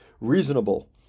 reasonable